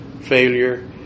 failure